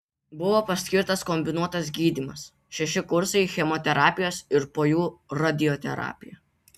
buvo paskirtas kombinuotas gydymas šeši kursai chemoterapijos ir po jų radioterapija